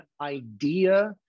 idea